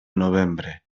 novembre